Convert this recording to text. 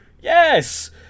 Yes